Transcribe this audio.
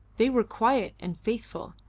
they were quiet and faithful,